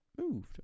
moved